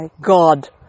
God